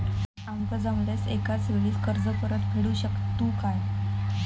आमका जमल्यास एकाच वेळी कर्ज परत फेडू शकतू काय?